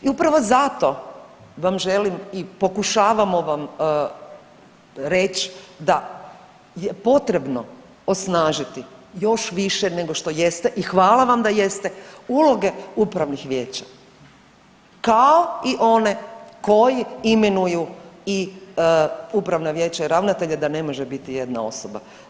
I upravo zato vam želim i pokušavamo vam reći da je potrebno osnažiti još više nego što jeste i hvala vam da jeste, uloge upravnih vijeća kao i one koji imenuju i upravna vijeća i ravnatelje, da ne može biti jedna osoba.